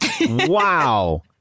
wow